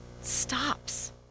stops